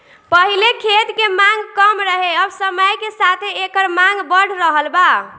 पहिले खेत के मांग कम रहे अब समय के साथे एकर मांग बढ़ रहल बा